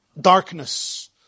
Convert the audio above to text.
darkness